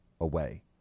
away